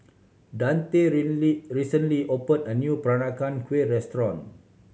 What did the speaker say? Dante recently opened a new Peranakan Kueh restaurant